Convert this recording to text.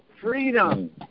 Freedom